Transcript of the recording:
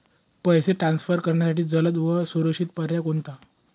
पैसे ट्रान्सफर करण्यासाठी जलद व सुरक्षित पर्याय कोणता?